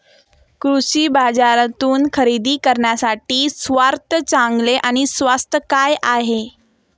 कृषी बाजारातून खरेदी करण्यासाठी सर्वात चांगले आणि स्वस्त काय आहे?